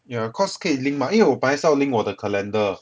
yeah cause 可以 link mah 因为我本来是要 link 我的 calendar